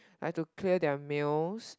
like to clear their meals